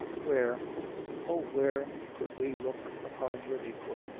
where oh, where could we look upon your aiquil,